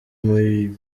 mubyeyi